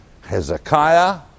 Hezekiah